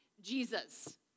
Jesus